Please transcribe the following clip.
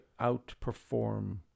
outperform